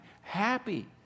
Happy